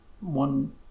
one